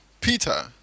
Peter